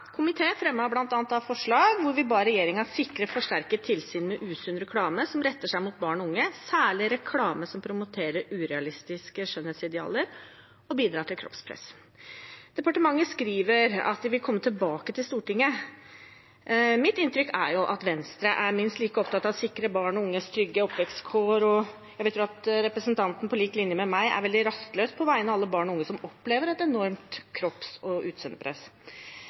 Komiteen behandlet i vår et representantforslag fra SV om økt kroppspress og reklameindustrien. En samlet komité fremmet bl.a. et forslag der vi ba regjeringen «sikre et forsterket tilsyn med usunn reklame som retter seg mot barn og unge, særlig reklame som promoterer urealistiske skjønnhetsidealer og bidrar til kroppspress.» Departementet skriver at de vil komme tilbake til Stortinget. Mitt inntrykk er at Venstre er minst like opptatt av å sikre barn og unge trygge oppvekstkår, og jeg vet at representanten på lik linje med meg er veldig rastløs på vegne av alle barn og unge som